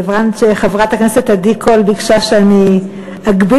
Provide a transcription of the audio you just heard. כיוון שחברת הכנסת עדי קול ביקשה שאני אגביל